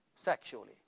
Sexually